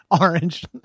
orange